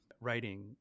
writing